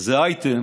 איזה אייטם